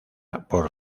por